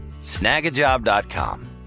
snagajob.com